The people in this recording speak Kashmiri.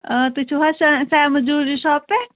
آ تُہۍ چھِو حظ سیمٕز جولری شاپ پٮ۪ٹھ